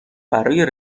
برای